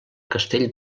castell